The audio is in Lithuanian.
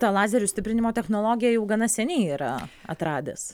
tą lazerių stiprinimo technologiją jau gana seniai yra atradęs